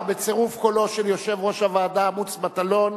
19, בצירוף קולו של יושב-ראש הוועדה מוץ מטלון,